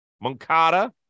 Moncada